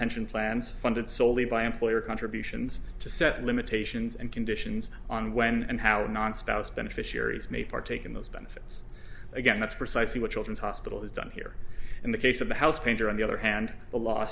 pension plans funded solely by employer contributions to set limitations and conditions on when and how non spouse beneficiaries may partake in those benefits again that's precisely what children's hospital has done here in the case of the housepainter on the other hand the l